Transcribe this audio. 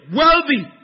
wealthy